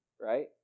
Right